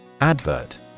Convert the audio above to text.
Advert